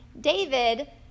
David